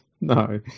No